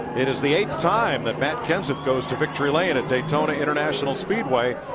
it is the eighth time but matt kenseth goes to victory lane at daytona international speedway.